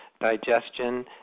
digestion